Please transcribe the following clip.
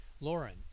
Lauren